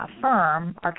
firm